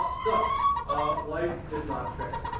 ah so ah life is not fair.